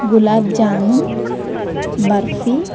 gulab jamun barfi